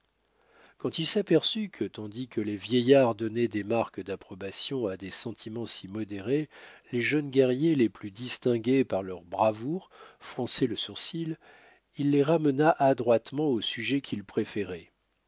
quand il s'aperçut que tandis que les vieillards donnaient des marques d'approbation à des sentiments si modérés les jeunes guerriers les plus distingués par leur bravoure fronçaient le sourcil il les ramena adroitement au sujet qu'ils préféraient